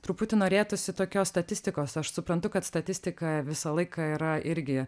truputį norėtųsi tokios statistikos aš suprantu kad statistika visą laiką yra irgi